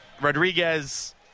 Rodriguez